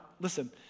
listen